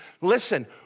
Listen